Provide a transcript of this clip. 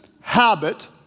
habit